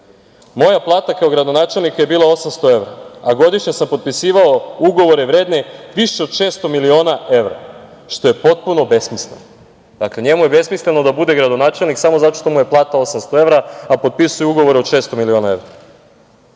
Moja plata kao gradonačelnika je bila 800 evra, a godišnje sam potpisivao ugovore vredne više od 600 miliona evra, što je potpuno besmisleno. Dakle, njemu je besmisleno da bude gradonačelnik, samo zato što mu je plata 800 evra, a potpisuje ugovore od 600 miliona evra. Na